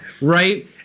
right